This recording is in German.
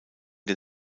der